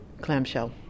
clamshell